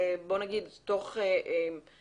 בוא נגיד תוך חודש,